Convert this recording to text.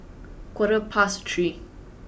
quarter past three